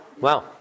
wow